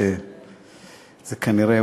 זאת כנראה,